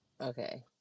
Okay